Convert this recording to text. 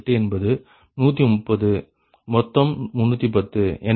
8 என்பது 130 மொத்தம் 310